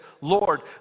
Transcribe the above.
Lord